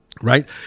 Right